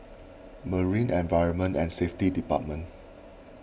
Marine Environment and Safety Department